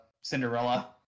Cinderella